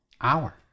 Hour